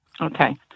Okay